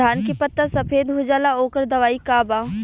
धान के पत्ता सफेद हो जाला ओकर दवाई का बा?